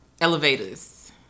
Elevators